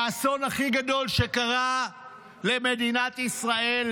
האסון הכי גדול שקרה למדינת ישראל,